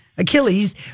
Achilles